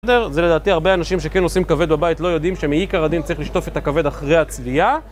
זה לדעתי הרבה אנשים שכן עושים כבד בבית לא יודעים שמעיקר הדין צריך לשטוף את הכבד אחרי הצלייה